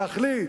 להחליט,